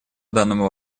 данному